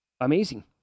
Amazing